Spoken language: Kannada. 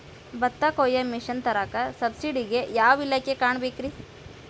ಭತ್ತ ಕೊಯ್ಯ ಮಿಷನ್ ತರಾಕ ಸಬ್ಸಿಡಿಗೆ ಯಾವ ಇಲಾಖೆ ಕಾಣಬೇಕ್ರೇ?